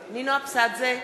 אבסדזה,